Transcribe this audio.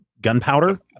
gunpowder